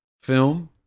film